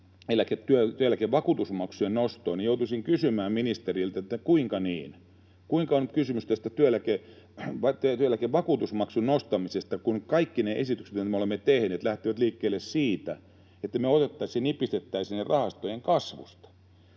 työeläkevakuutusmaksujen nostoon, niin joutuisin kysymään ministeriltä: Kuinka niin? Kuinka on kysymys työeläkevakuutusmaksun nostamisesta, kun kaikki ne esitykset, mitä me olemme tehneet, lähtevät liikkeelle siitä, että me otettaisiin ja nipistettäisiin ne rahastojen kasvusta?